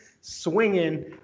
swinging